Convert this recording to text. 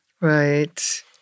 Right